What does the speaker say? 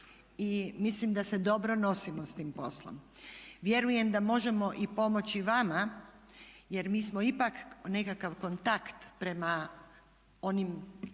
i mislim da se dobro nosimo sa tim poslom. Vjerujem da možemo i pomoći vama jer mi smo ipak nekakav kontakt prema onim